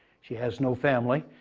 she has no family.